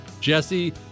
Jesse